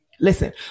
Listen